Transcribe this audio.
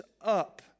up